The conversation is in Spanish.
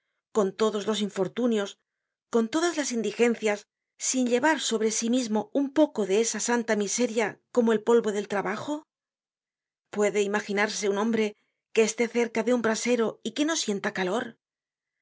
con todos los infortunios con todas las indigencias sin llevar sobre sí mismo un poco de esa santa miseria como el polvo del trabajo puede imaginarse un hombre que esté cerca de un brasero y que no sienta calor hay